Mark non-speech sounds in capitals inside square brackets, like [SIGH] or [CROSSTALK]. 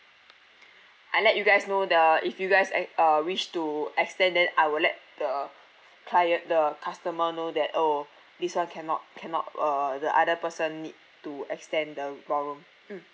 [BREATH] I let you guys know the if you guys act~ uh wish to extend then I will let the uh [BREATH] client the customer know that oh this [one] cannot cannot uh the other person need to extend the ballroom mm